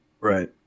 Right